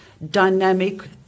dynamic